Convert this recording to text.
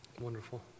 Wonderful